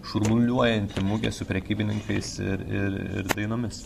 šurmuliuojanti mugė su prekybininkais ir ir ir dainomis